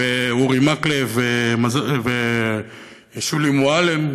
אורי מקלב ושולי מועלם,